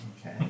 Okay